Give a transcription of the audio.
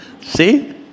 See